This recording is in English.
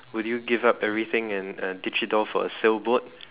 would you give up everything and uh ditch it off for a sail boat